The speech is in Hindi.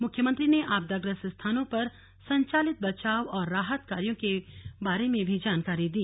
मुख्यमंत्री ने आपदाग्रस्त स्थानों पर संचालित बचाव और राहत कार्यों के बारे में भी जानकारी दी